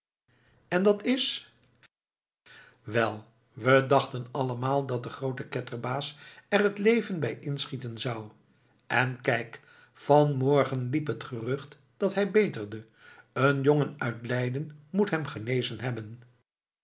en dat is wel we dachten allemaal dat de groote ketterbaas er het leven bij inschieten zou en kijk vanmorgen liep het gerucht dat hij beterde een jongen uit leiden moet hem genezen hebben